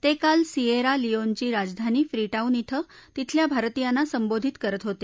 ते काल सीएरा लिओनची राजधानी फ्रीटाऊन क्वि तिथल्या भारतीयांना संबोधित करत होते